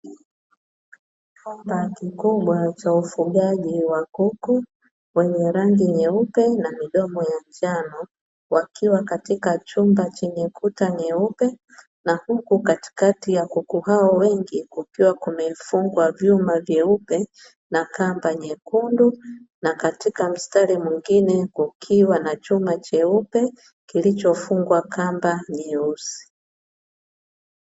Chumba kikubwa cha ufugaji wa kuku, wenye rangi nyeupe na midomo ya njano, wakiwa katika chumba chenye kuta nyeupe, na huku katikati ya kuku hao wengi kukiwa kumefungwa vyuma vyeupe, na kamba nyekundu. Na katika mstari mwengine kukiwa na chuma cheupe, kilichofungwa kamba nyeusi.